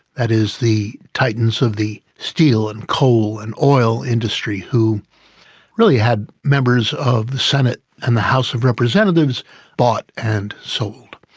that is the titans of the steel and coal and oil industry who really had members of the senate and the house of representatives bought and sold.